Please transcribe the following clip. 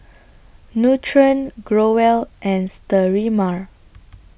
Nutren Growell and Sterimar